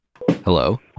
Hello